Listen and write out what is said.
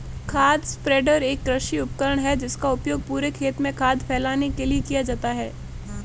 खाद स्प्रेडर एक कृषि उपकरण है जिसका उपयोग पूरे खेत में खाद फैलाने के लिए किया जाता है